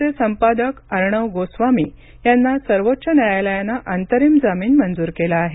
चे संपादक अर्णव गोस्वामी यांना सर्वोच्च न्यायालयानं अंतरिम जमीन मंजूर केला आहे